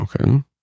Okay